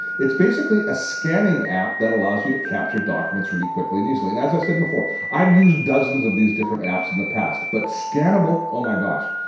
it's basically a scanning app that allows you to capture documents really quickly and easily. and as i've said before, i've used dozens of these different apps in the past but scannable, oh my gosh,